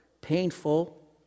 painful